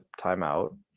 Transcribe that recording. timeout